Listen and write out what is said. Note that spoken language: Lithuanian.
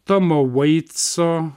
tomo veitso